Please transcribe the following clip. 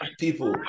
people